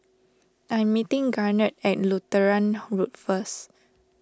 I'm meeting Garnet at Lutheran Road first